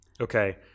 okay